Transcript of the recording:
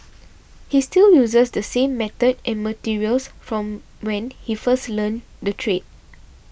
he still uses the same method and materials from when he first learnt the trade